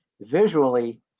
visually